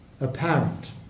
apparent